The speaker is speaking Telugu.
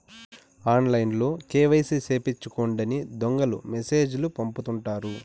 ఆన్లైన్లో కేవైసీ సేపిచ్చుకోండని దొంగలు మెసేజ్ లు పంపుతుంటారు